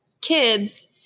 kids